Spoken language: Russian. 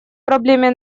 проблеме